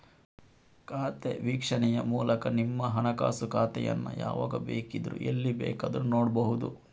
ಖಾತೆ ವೀಕ್ಷಣೆಯ ಮೂಲಕ ನಿಮ್ಮ ಹಣಕಾಸು ಖಾತೆಯನ್ನ ಯಾವಾಗ ಬೇಕಿದ್ರೂ ಎಲ್ಲಿ ಬೇಕಾದ್ರೂ ನೋಡ್ಬಹುದು